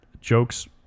jokes